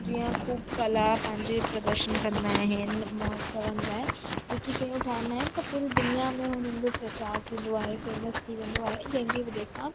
जीअं ख़ूबु कला पंहिंजे प्रदर्शन कंदा आहिनि महोत्सवनि लाइ जेकी शयूं ठाहींदा आहिनि त पूरी दुनिया में हुननि जो प्रचार थींदो आहे फ़ेमस थी वेंदो आहे जंहिंजी वजह सां